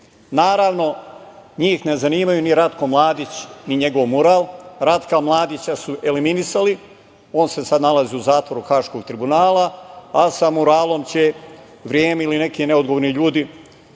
Mladića. Naravno, njih ne zanimaju ni Ratko Mladić, ni njegov mural. Ratka Mladića su eliminisali. On se sada nalazi u zatvoru Haškog tribunala, a sa muralom će vreme ili neki neodgovorni ljudi